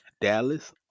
Dallas